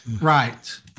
right